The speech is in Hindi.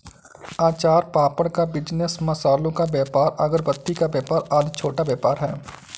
अचार पापड़ का बिजनेस, मसालों का व्यापार, अगरबत्ती का व्यापार आदि छोटा व्यापार है